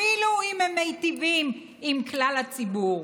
אפילו אם הם מיטיבים עם כלל הציבור?